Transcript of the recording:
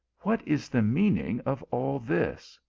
what is the mean ing of all this?